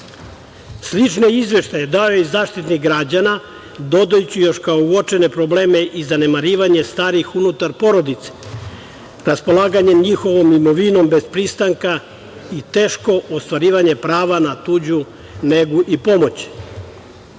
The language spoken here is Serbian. izveštaje dao je i Zaštitnik građana dodajući još kao uočene probleme i zanemarivanje starijih unutar porodice, raspolaganje njihovom imovinom bez pristanka i teško ostvarivanje prava na tuđu negu i pomoć.I